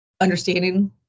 understanding